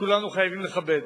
שכולנו חייבים לכבד.